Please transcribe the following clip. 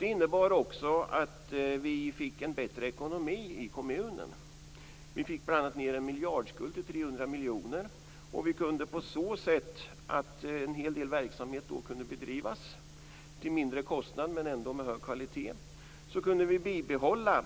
Det innebar också att vi fick en bättre ekonomi i kommunen. Vi fick bl.a. ned en miljardskuld till 300 miljoner. Vi kunde på så sätt, genom att en hel del verksamhet kunde bedrivas till mindre kostnad men ändå med hög kvalitet, bibehålla